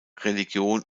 religion